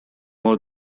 more